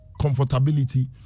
Comfortability